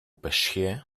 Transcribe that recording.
pêchiez